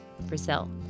Brazil